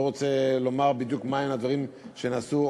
אני לא רוצה לומר בדיוק מה הדברים שנעשו,